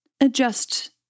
adjust